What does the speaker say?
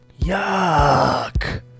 Yuck